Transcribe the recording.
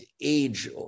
age